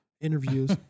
interviews